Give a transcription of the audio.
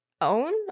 own